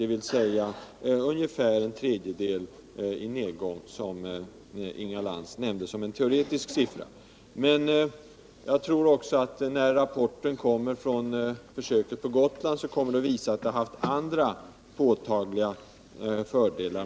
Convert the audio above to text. Det är en nedgång med närmare en tredjedel, som Inga Lantz nämnde som en teoretisk siffra. Men jag tror också att när rapporten kommer från försöket på Gotland, så skall den visa att detta försök har haft andra påtagliga fördelar.